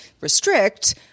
restrict